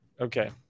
okay